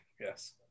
Yes